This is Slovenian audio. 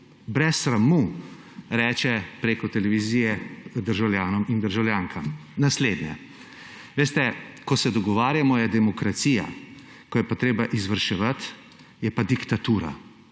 brez sramu reče prek televizije državljanom in državljankam naslednje: »Veste, ko se dogovarjamo, je demokracija, ko je treba izvrševati, je pa diktatura.«